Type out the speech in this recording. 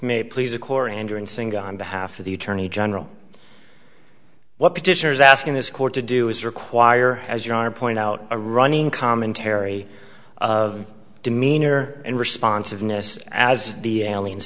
the attorney general what petitioners asking this court to do is require as you are point out a running commentary of demeanor and responsiveness as the aliens